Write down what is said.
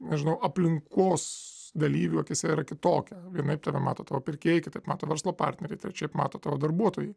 nežinau aplinkos dalyvių akyse yra kitokia vienaip tave mato tavo pirkėjai kitaip mato verslo partneriai trečiaip mato tavo darbuotojai